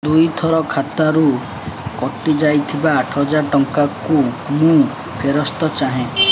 ଦୁଇଥର ଖାତାରୁ କଟିଯାଇଥିବା ଆଠହଜାର ଟଙ୍କାକୁ ମୁଁ ଫେରସ୍ତ ଚାହେଁ